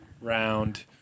round